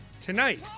tonight